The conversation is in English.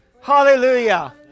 Hallelujah